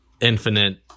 infinite